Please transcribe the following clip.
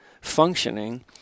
functioning